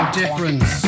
difference